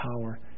power